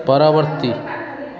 ପରବର୍ତ୍ତୀ